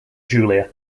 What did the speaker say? julia